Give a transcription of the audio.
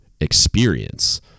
experience